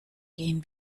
gehen